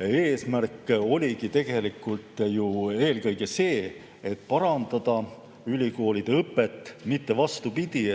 eesmärk oli tegelikult eelkõige parandada ülikoolide õpet, mitte vastupidi,